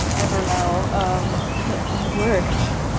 and um know, um it worked.